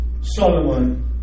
Solomon